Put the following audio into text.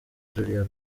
ruriya